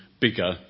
bigger